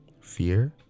Fear